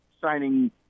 signing